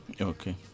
Okay